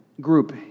group